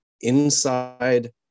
inside